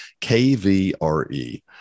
KVRE